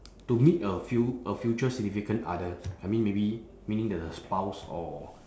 to meet a fu~ a future significant other I mean maybe meaning the spouse or